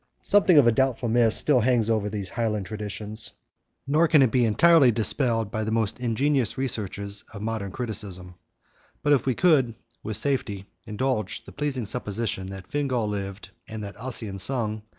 something of a doubtful mist still hangs over these highland traditions nor can it be entirely dispelled by the most ingenious researches of modern criticism but if we could, with safety, indulge the pleasing supposition, that fingal lived, and that ossian sung,